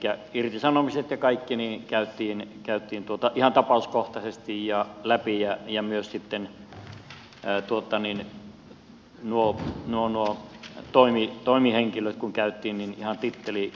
elikkä irtisanomiset ja kaikki käytiin ihan tapauskohtaisesti läpi ja myös sitten toimihenkilöt käytiin läpi ihan titteli kohdaltaan